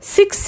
Six